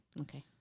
Okay